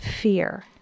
fear